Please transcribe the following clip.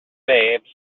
babes